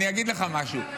אני אגיד לך משהו,